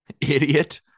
Idiot